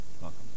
Welcome